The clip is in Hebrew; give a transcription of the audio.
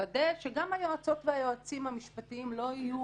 לוודא שגם היועצות והיועצים המשפטיים לא יהיו